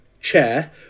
chair